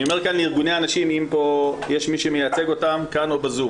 אני אומר לארגוני הנשים אם יש כאן מי שמייצג אותם כאן או ב-זום